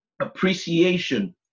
appreciation